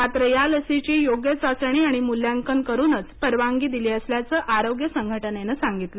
मात्रया लशीची योग्य चाचणी आणि मूल्यांकन करूनच परवानगी दिली असल्याचं आरोग्य संघटनेनं सांगितलं